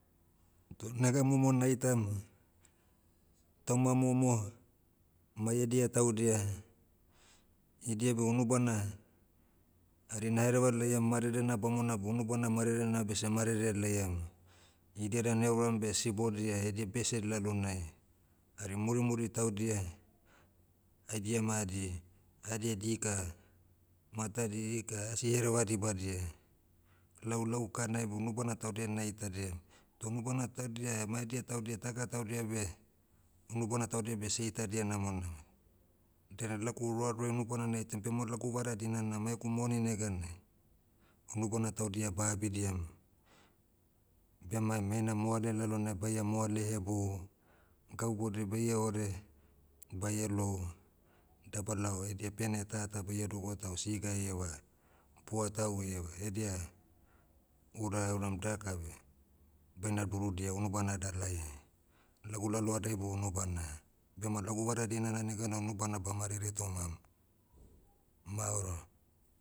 Toh nega momo naitam, tauma momo, mai edia taudia, idia beh unubana, hari nahereva laiam marere bamona beh unubana marerena beh seh marere laiam. Idia dan euram beh sibodia edia bese lalonai, hari murimuri taudia, haidia madi, aedia dika, mata dika asi hereva dibadia, laulau kanai beh unubana taudia naitadia, unubana taudia maedia taudia taga taudia beh, unubana taudia beh seitadia namonamo. Dainai lagu roaroa unubana naitaiam bema lagu vara dinana maegu moni neganai, unubana taudia ba abidiam, bemaim heina moale lalonai baia moale hebou, gau boudiai baie ore, baia lou, daba lao edia pene tata baia dogoa tao siga ieva, buatau ieva edia, ura euram daka beh, baina durudia unubana dalai. Lagu lalohadai bo unubana. Bema lagu vara dinana neganai unubana bamarere tomam. Maoro.